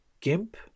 Gimp